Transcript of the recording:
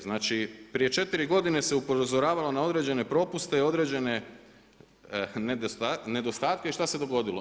Znači prije četiri godine se upozoravalo na određen propuste i određene nedostatke i šta se dogodilo?